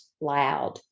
loud